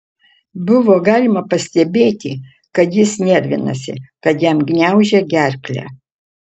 buvo galima pastebėti kad jis nervinasi kad jam gniaužia gerklę